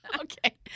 Okay